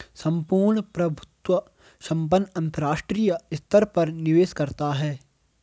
सम्पूर्ण प्रभुत्व संपन्न अंतरराष्ट्रीय स्तर पर निवेश करता है